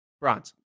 bronze